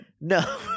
No